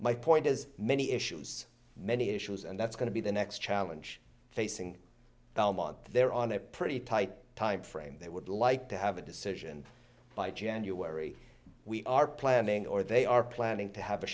my point is many issues many issues and that's going to be the next challenge facing a month there on a pretty tight time frame they would like to have a decision by january we are planning or they are planning to have a